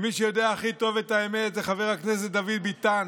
ומי שיודע הכי טוב את האמת זה חבר הכנסת דוד ביטן,